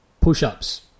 Push-ups